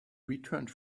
returned